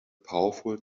powerful